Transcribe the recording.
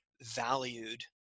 valued